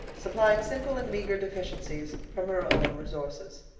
supplying simple and meager deficiencies from her own resources.